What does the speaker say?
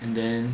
and then